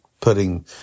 putting